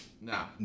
nah